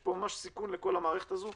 יש פה ממש סיכון לכל המערכת הזו.